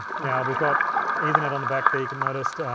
now we've got ethernet on the back there, you can noticed.